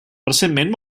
recentment